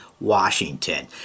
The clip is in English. Washington